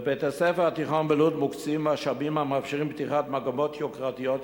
לבית-הספר התיכון בלוד מוקצים משאבים המאפשרים מגמות יוקרתיות ייחודיות,